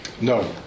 No